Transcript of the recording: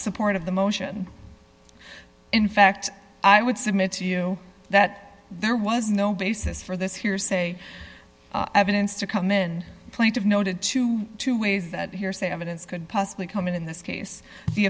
support of the motion in fact i would submit to you that there was no basis for this hearsay evidence to come in plaintive noted to two ways that hearsay evidence could possibly come in in this case the